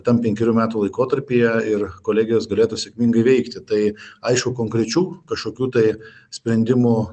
tam penkerių metų laikotarpyje ir kolegijos galėtų sėkmingai veikti tai aišku konkrečių kažkokių tai sprendimo